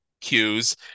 cues